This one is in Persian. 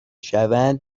شوند